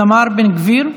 חבר הכנסת איתמר בן גביר.